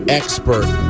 expert